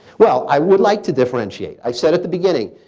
well, i would like to differentiate. i said at the beginning,